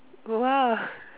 !wah!